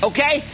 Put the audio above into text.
Okay